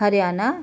Haryana